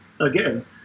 again